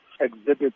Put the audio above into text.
exhibit